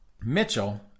Mitchell